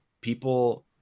people